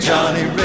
Johnny